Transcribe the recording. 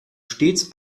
stets